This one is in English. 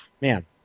Man